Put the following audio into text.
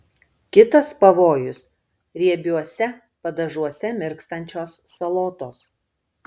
kitas pavojus riebiuose padažuose mirkstančios salotos